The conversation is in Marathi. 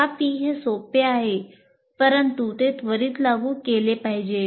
तथापि हे सोपे आहे परंतु ते त्वरित लागू केले पाहिजे